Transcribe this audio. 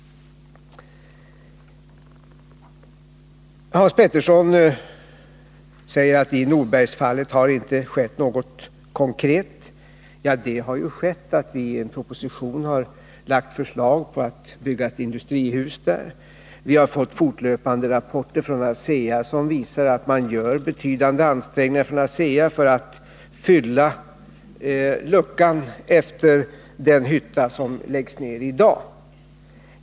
Hans Petersson säger att det inte har skett något konkret i Norbergsfallet. Men det har ju skett att vi i en proposition har lagt fram förslag om att bygga ett industrihus där. Vi har fått fortlöpande rapporter från ASEA som visar att ASEA gör betydande ansträngningar för att fylla luckan efter den hytta som läggs ner i dag.